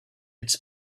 its